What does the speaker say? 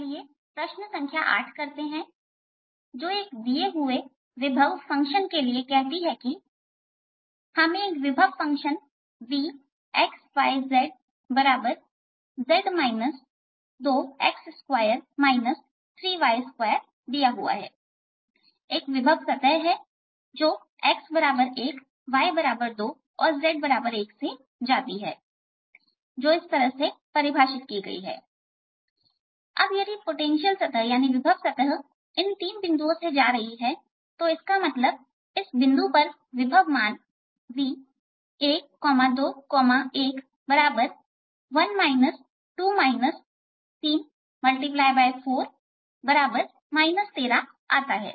चलिए प्रश्न संख्या 8 करते हैं जो कहती है कि दिए हुए विभव फंक्शन के लिए हमें एक विभव फंक्शन Vxyzz 2x2 3y2है एक विभव सतह जो x1y2 और z1 से जाती है जो इस तरह परिभाषित की गई है अब यदि विभव सतह इन तीन बिंदुओं से जा रही है इसका मतलब इस बिंदु पर विभव मान v1211 2 3 13 आता है